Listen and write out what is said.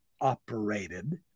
operated